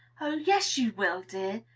oh! yes, you will, dear.